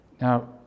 Now